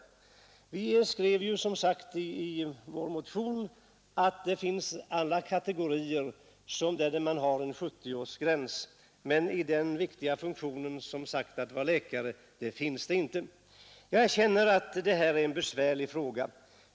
Vi skrev i vår motion att det för många andra kategorier tillämpas en 70-årsgräns men inte för den viktiga funktion som är läkarens. Jag erkänner att detta är en besvärlig fråga.